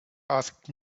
asked